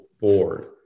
board